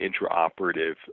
intraoperative